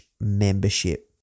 membership